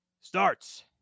starts